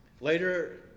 Later